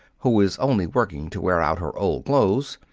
who is only working to wear out her old clothes,